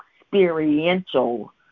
experiential